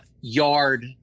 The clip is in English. yard